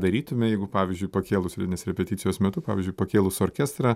darytume jeigu pavyzdžiui pakėlus eilinės repeticijos metu pavyzdžiui pakėlus orkestrą